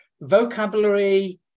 vocabulary